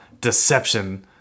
deception